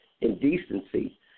indecency